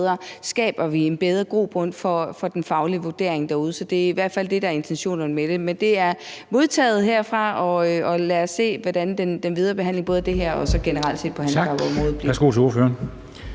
Skaber vi et bedre grundlag for den faglige vurdering derude? Det er i hvert fald det, der er intentionerne med det. Men det er modtaget her, og lad os se, hvordan den videre behandling både af det her og generelt af